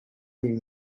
les